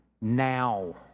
now